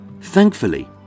thankfully